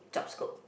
job scope